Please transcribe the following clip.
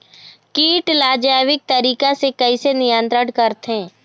कीट ला जैविक तरीका से कैसे नियंत्रण करथे?